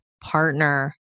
partner